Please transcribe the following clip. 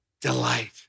Delight